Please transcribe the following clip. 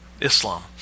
Islam